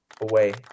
away